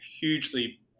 hugely